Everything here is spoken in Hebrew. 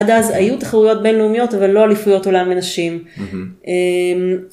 ‫עד אז היו תחרויות בינלאומיות, ‫אבל לא אליפויות עולם לנשים.